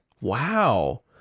Wow